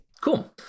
cool